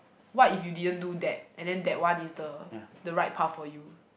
what if you didn't do that and then that one is the the right path for you